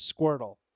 Squirtle